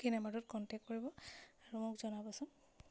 এই নাম্বাৰটোত কণ্টেক্ট কৰিব আৰু মোক জনাবচোন